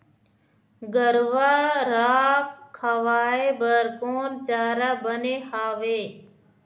गरवा रा खवाए बर कोन चारा बने हावे?